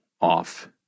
off